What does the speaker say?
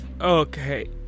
Okay